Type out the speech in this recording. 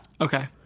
Okay